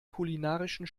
kulinarischen